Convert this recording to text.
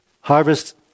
harvest